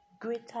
greater